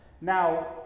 Now